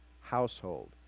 household